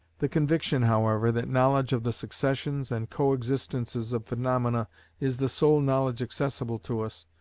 the conviction, however, that knowledge of the successions and co-existences of phaenomena is the sole knowledge accessible to us,